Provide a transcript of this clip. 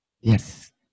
Yes